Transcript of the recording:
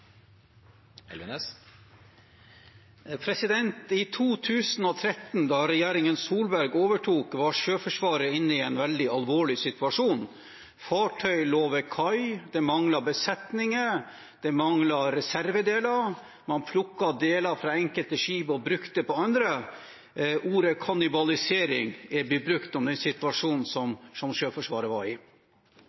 I 2013, da regjeringen Solberg overtok, var Sjøforsvaret inne i en veldig alvorlig situasjon. Fartøy lå ved kai, det manglet besetninger, det manglet reservedeler, man plukket deler fra enkelte skip og brukte på andre. Ordet kannibalisering er blitt brukt om den situasjonen som Sjøforsvaret var i.